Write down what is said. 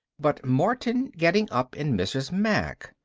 but martin getting up in mrs. mack.